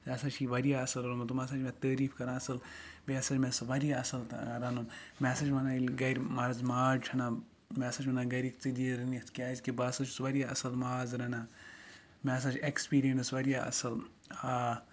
یہِ ہسا چھُے واریاہ اَصٕل روٚنمُت تِم ہسا چھِ مےٚ تٲریٖف کران اَصٕل بیٚیہِ ہسا چھُ مےٚ واریاہ اَصٕل تَگان رَنُن مےٚ ہسا چھِ وَنان ییٚلہِ گرِ ماز ماز چھِ اَنان مےٚ ہسا چھِ وَنان گرِکۍ ژٕ دِ یہِ رٔنِتھ کیازِ بہٕ ہسا چھُس واریاہ اَصٕل ماز رَنان مےٚ ہسا چھ اٮ۪کٔسپِرینس واریاہ اَصٕل آ